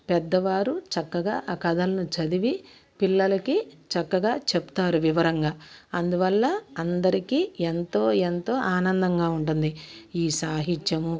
పెద్దవారు చక్కగా ఆ కథలను చదివి పిల్లలకి చక్కగా చెప్తారు వివరంగా అందువల్ల అందరికీ ఎంతో ఎంతో ఆనందంగా ఉంటుంది ఈ సాహిత్యము